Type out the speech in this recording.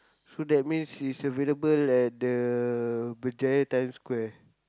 so that means it's available at the Berjaya-Times-Square